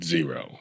Zero